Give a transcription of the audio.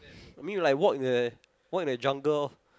I mean like walk in the walk in the jungle orh